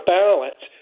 balance